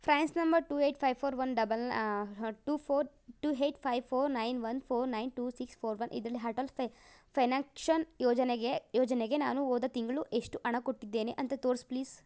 France number two eight five four one double two four two eight five four nine one four nine two six four one ಇದರಲ್ಲಿ ಅಟಲ್ ಫೆನಕ್ಷನ್ ಯೋಜನೆಗೆ ಯೋಜನೆಗೆ ನಾನು ಹೋದ ತಿಂಗಳು ಎಷ್ಟು ಹಣ ಕೊಟ್ಟಿದ್ದೇನೆ ಅಂತ ತೋರ್ಸು ಪ್ಲೀಸ್